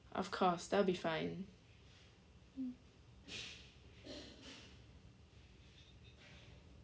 of course that'll be fine